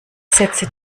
setze